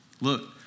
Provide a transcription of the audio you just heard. Look